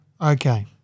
Okay